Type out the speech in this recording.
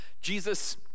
Jesus